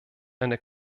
eine